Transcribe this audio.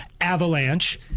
Avalanche